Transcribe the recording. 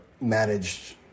managed